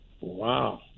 Wow